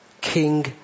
king